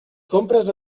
compres